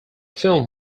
film